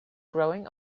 growing